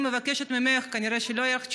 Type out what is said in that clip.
אני מבקשת ממך, כנראה לא תהיה לך תשובה,